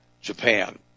Japan